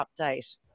update